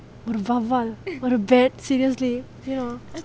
will கண்டிப்பா ஒரு வவ்வால் ஒரு:kandipa oru vavvaal oru bat seriously you know